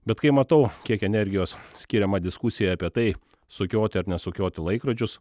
bet kai matau kiek energijos skiriama diskusijai apie tai sukioti ar nesukioti laikrodžius